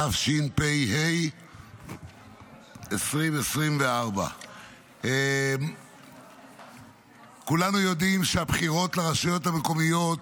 התשפ"ה 2024. כולנו יודעים שהבחירות לרשויות המקומיות